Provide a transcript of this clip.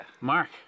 Mark